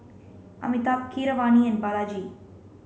Amitabh Keeravani and Balaji